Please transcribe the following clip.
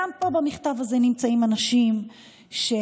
גם פה, במכתב הזה, נמצאים אנשים קרובים.